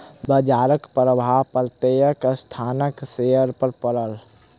बजारक प्रभाव प्रत्येक संस्थानक शेयर पर पड़ल